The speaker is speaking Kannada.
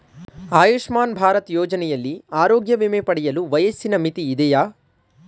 ಆಯುಷ್ಮಾನ್ ಭಾರತ್ ಯೋಜನೆಯಲ್ಲಿ ಆರೋಗ್ಯ ವಿಮೆ ಪಡೆಯಲು ವಯಸ್ಸಿನ ಮಿತಿ ಇದೆಯಾ?